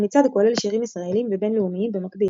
המצעד כולל שירים ישראלים ובין-לאומיים במקביל.